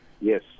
Yes